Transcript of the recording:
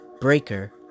Breaker